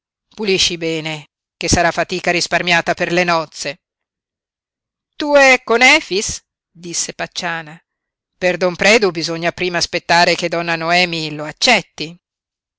pulisci bene che sarà fatica risparmiata per le nozze tue con efix disse pacciana per don predu bisogna prima aspettare che donna noemi lo accetti